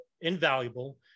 invaluable